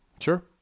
Sure